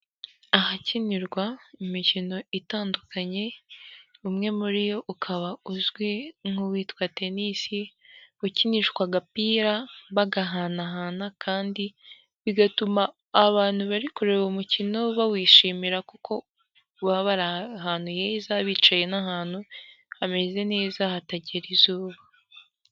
Ahakinirwa imikino itandukanye umwe muri yo ukaba uzwi nk'uwitwa tenisi ukinishwa agapira bagahanahana kandi bigatuma abantu bari kureba umukino bawishimira kuko baba bari ahantu heza bicaye n'ahantu hameze neza hatagera izuba.